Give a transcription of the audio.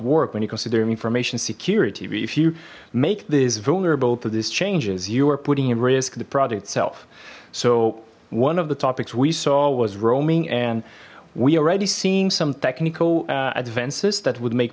work when you're considering information security if you make this vulnerable to these changes you are putting in risk the project itself so one of the topics we saw was roaming and we already seen some technical advances that would make